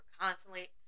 constantly